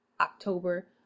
October